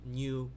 new